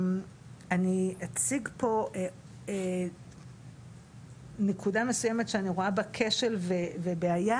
אני אציג פה נקודה מסוימת שאני רואה בה כשל ובעיה,